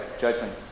judgment